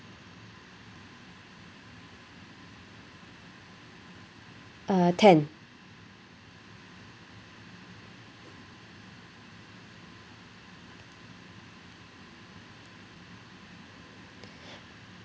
uh ten